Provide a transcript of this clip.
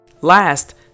last